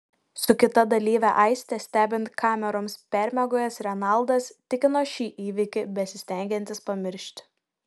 su kita dalyve aiste stebint kameroms permiegojęs renaldas tikino šį įvykį besistengiantis pamiršti